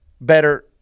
better